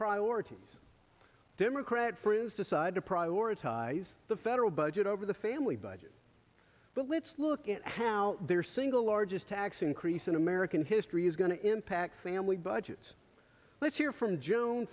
priorities democrat friends decide to prioritize the federal budget over the family budget but let's look at how their single largest tax increase in american history is going to impact family budgets let's hear from joan